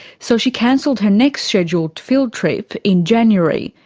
so she cancelled her next scheduled field trip in january,